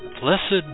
Blessed